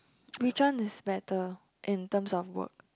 which one is better in terms of work